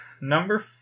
Number